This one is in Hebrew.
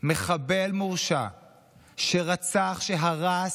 מחבל מורשע שרצח, שהרס,